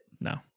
No